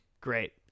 great